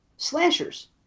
slashers